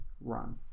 run